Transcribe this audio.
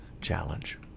challenge